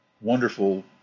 wonderful